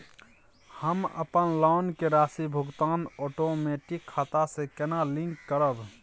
हम अपन लोन के राशि भुगतान ओटोमेटिक खाता से केना लिंक करब?